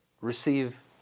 receive